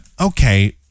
okay